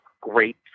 great